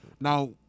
Now